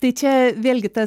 tai čia vėlgi tas